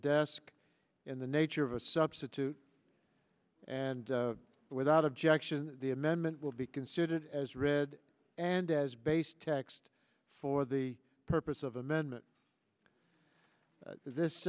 desk in the nature of a substitute and without objection the amendment will be considered as read and as base text for the purpose of amendment this